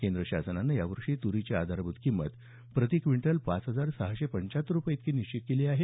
केंद्र शासनानं यावर्षी तुरीची आधारभूत किंमत प्रति क्विंटल पाच हजार सहाशे पंचाहत्तर रुपये इतकी निश्चित केली आहे